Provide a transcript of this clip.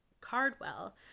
Cardwell